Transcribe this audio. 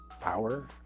power